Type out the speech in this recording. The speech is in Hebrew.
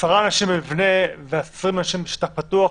מעשרה אנשים במבנה ו-20 אנשים בשטח פתוח,